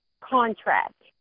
contract